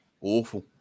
awful